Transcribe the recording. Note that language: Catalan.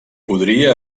podria